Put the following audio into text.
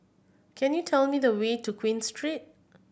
can you tell me the way to Queen Street